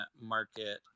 market